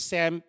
Sam